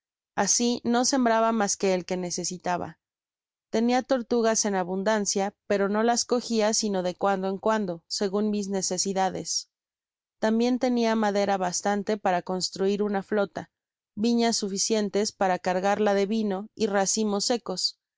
asi no sembraba mas que el que necesitaba tenia tortugas en abundancia pero no las cogia sino de cuando en cuando segun mis necesidades tambien tenia madera bastante para construir una flota viñas suficientes para cargarla de vino y racimos secos